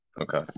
Okay